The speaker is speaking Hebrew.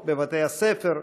בבתי-הספר,